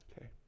Okay